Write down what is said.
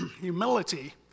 Humility